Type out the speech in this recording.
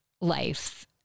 life